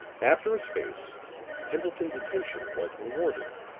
after a space pendleton's attention was rewarded